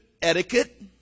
etiquette